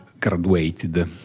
graduated